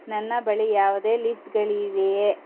ನನ್ನ ಬಳಿ ಯಾವುದೇ ಲಿಸ್ಟ್ಗಳಿವೆಯೇ